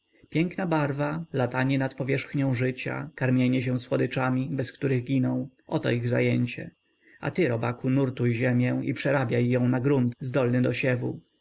piękna barwa latanie nad powierzchnią życia karmienie się słodyczami bez których giną oto ich zajęcie a ty robaku nurtuj ziemię i przerabiaj ją na grunt zdolny do siewu